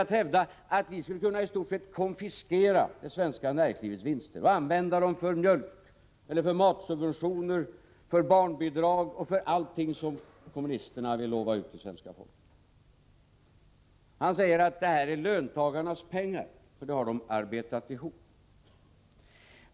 Han hävdar att vi i stort sett skulle kunna konfiskera det svenska näringslivets vinster och använda dem för matsubventioner, barnbidrag och allting som kommunisterna vill lova ut till svenska folket. Bertil Måbrink säger att det är löntagarnas pengar, för dem har de arbetat ihop.